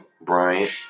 Bryant